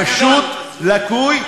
פשוט לקוי.